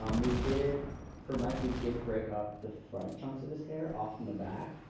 um we did for mike, we did break up the front chunks of his hair, off from the back.